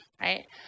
right